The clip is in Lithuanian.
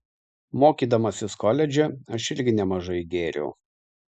mokydamasis koledže aš irgi nemažai gėriau